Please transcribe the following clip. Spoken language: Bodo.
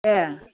ए